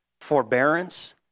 forbearance